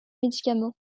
médicaments